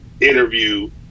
interview